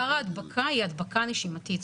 עיקר ההדבקה היא הדבקה נשימתית,